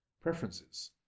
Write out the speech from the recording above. preferences